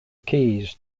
keys